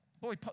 Boy